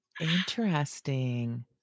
interesting